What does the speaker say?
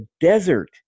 desert